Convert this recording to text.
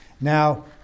now